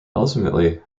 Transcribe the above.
ultimately